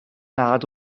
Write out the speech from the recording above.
nad